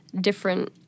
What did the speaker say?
Different